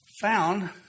found